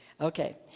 Okay